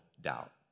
doubt